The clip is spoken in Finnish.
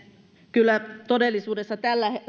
kyllä todellisuudessa